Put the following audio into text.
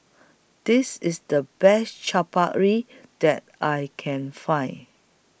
This IS The Best Chaat Papri that I Can Find